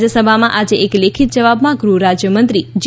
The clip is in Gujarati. રાજ્યસભામાં આજે એક લેખિત જવાબમાં ગૃહ રાજ્ય મંત્રી જી